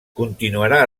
continuarà